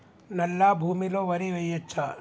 నల్లా భూమి లో వరి వేయచ్చా?